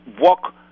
walk